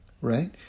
Right